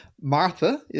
Martha